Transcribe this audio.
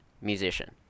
musician